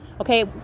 Okay